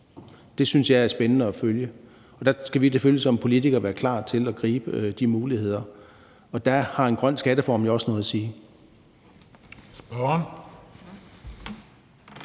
Det synes jeg er spændende at følge, og vi skal selvfølgelig som politikere være klar til at gribe de muligheder, og der har en grøn skattereform jo også noget at sige.